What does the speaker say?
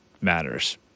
matters